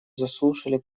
заслушали